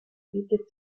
bietet